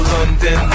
London